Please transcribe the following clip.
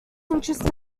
interested